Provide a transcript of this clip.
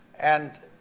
and